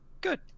good